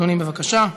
אדוני, בבקשה.